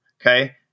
okay